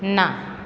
ના